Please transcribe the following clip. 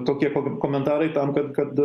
tokie komentarai tam kad kad